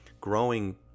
growing